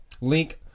link